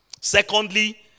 Secondly